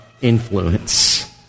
influence